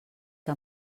que